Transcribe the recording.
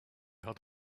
had